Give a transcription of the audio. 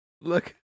look